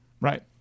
Right